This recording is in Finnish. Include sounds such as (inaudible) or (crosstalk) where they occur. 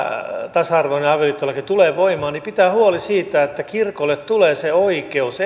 tasa arvoinen avioliittolaki tulee voimaan pitää huoli siitä säädellä lailla että kirkolle tulee se oikeus (unintelligible)